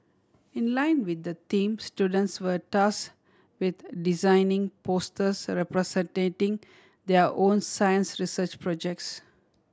in line with the theme students were task with designing posters representing their own science research projects